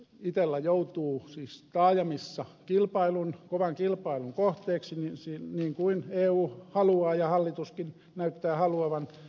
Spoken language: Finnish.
itella joutuu siis taajamissa kovan kilpailun kohteeksi niin kuin eu haluaa ja hallituskin näyttää haluavan